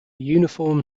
uniform